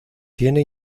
tiene